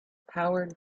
powered